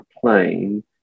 plane